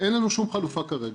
אין לנו שום חלופה כרגע.